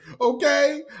okay